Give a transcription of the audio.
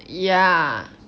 ya